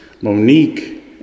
Monique